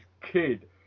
kid